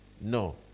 no